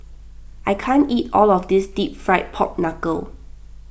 I can't eat all of this Deep Fried Pork Knuckle